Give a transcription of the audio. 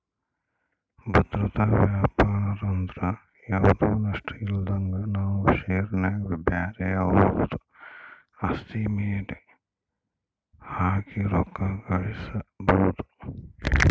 ಭದ್ರತಾ ವ್ಯಾಪಾರಂದ್ರ ಯಾವ್ದು ನಷ್ಟಇಲ್ದಂಗ ನಾವು ಷೇರಿನ್ಯಾಗ ಬ್ಯಾರೆವುದ್ರ ಆಸ್ತಿ ಮ್ಯೆಲೆ ಹಾಕಿ ರೊಕ್ಕ ಗಳಿಸ್ಕಬೊದು